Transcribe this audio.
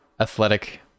athletic